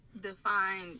defined